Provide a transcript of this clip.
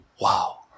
wow